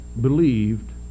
believed